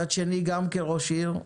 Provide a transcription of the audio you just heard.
מצד שני, גם כראש עיר,